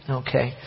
okay